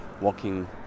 walking